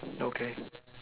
okay